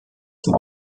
zum